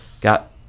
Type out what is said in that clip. got